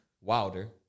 Wilder